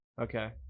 Okay